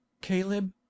caleb